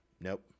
Nope